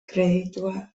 kreditua